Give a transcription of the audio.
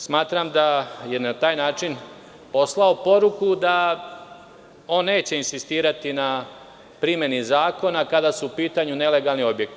Smatram da je na taj način poslao poruku da on neće insistirati na primeni zakona kada su u pitanju nelegalni objekti.